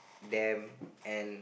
damn and